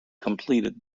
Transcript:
completed